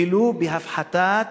ולו בהפחתת